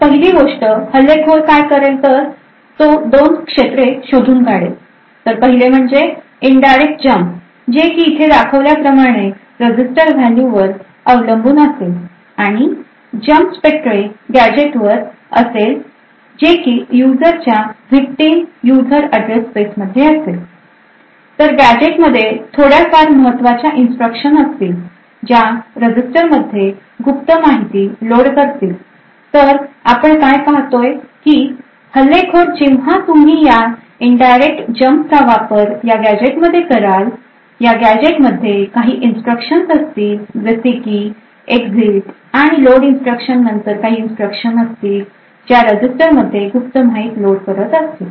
तर पहिली गोष्ट हल्लेखोर काय करेल तर तो दोन क्षेत्रे शोधून काढेल तर पहिले म्हणजे indirect jumped जे की इथे दाखवल्याप्रमाणे रजिस्टर व्हॅल्यू वर अवलंबून असेल आणि jump Spectre gadget वर असेल जे की युजरच्या victims user address space मध्ये असेल तर गॅझेटमध्ये थोडाफार महत्त्वाच्या इन्स्ट्रक्शनस असतील ज्या रजिस्टर मध्ये गुप्त माहिती लोड करतील तर आपण काय पाहतोय की हल्लेखोर जेव्हा तुम्ही ह्या indirect jump चा वापर या गॅझेटमध्ये कराल या गॅझेटमध्ये काही इन्स्ट्रक्शनस असतील जसे की एक्झिट आणि लोड इन्स्ट्रक्शन नंतर काही इन्स्ट्रक्शन असतील ज्या रजिस्टर मध्ये गुप्त माहिती लोड करीत असतील